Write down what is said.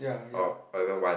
orh I don't want